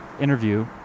interview